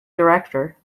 director